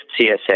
CSA